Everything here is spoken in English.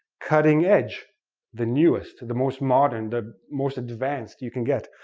cutting-edge the newest the most modern the most advanced you can get